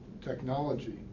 technology